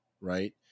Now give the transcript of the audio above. right